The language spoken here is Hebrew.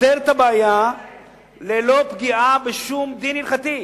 פותר את הבעיה ללא פגיעה בשום דין הלכתי.